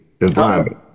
environment